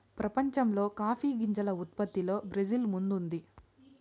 ప్రపంచంలో కాఫీ గింజల ఉత్పత్తిలో బ్రెజిల్ ముందుంది